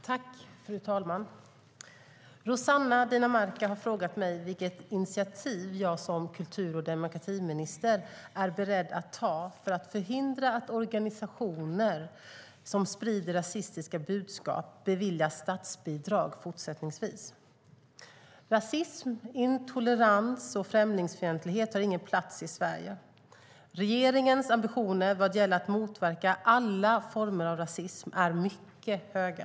Fru talman! Rossana Dinamarca har frågat mig vilka initiativ jag som kultur och demokratiminister är beredd att ta för att förhindra att organisationer som sprider rasistiska budskap beviljas statsbidrag fortsättningsvis. Rasism, intolerans och främlingsfientlighet har ingen plats i Sverige. Regeringens ambitioner vad gäller att motverka alla former av rasism är mycket höga.